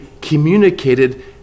communicated